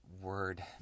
word